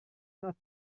not